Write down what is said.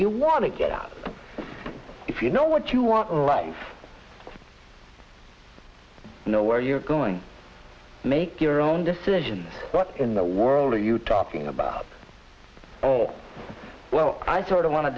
do you want to get out if you know what you want in life you know where you're going make your own decisions but in the world are you talking about oh well i sort of want to